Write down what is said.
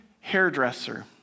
hairdresser